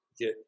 get